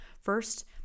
First